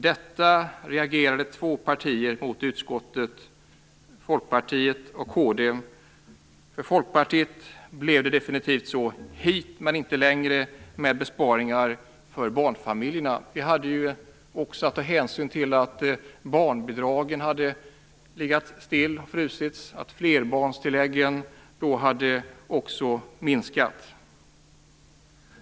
Detta reagerade två partier mot i utskottet - Folkpartiet och kd. För Folkpartiet blev det definitivt så: Hit men inte längre med besparingar för barnfamiljerna! Vi hade att ta hänsyn till att barnbidragen hade frusits, att flerbarnstilläggen också hade minskats.